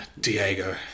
Diego